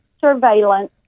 surveillance